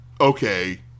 okay